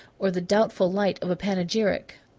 or the doubtful light of a panegyric.